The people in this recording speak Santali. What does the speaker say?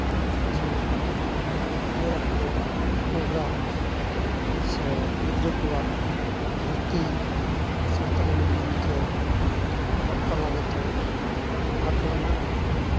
ᱡᱮᱢᱚᱱ ᱟᱞᱮ ᱟᱹᱛᱩᱨᱮ ᱯᱨᱳᱜᱨᱟᱢ ᱥᱮ ᱜᱤᱫᱽᱨᱟᱹ ᱠᱚᱣᱟᱜ ᱵᱷᱚᱨᱛᱤ ᱥᱟᱱᱛᱟᱞᱤ ᱢᱤᱰᱤᱭᱟᱢ ᱛᱮ ᱮᱦᱚᱵ ᱠᱟᱱᱟ ᱱᱤᱛᱚᱜ ᱟᱫᱚ ᱚᱱᱟ